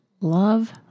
Love